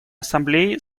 ассамблее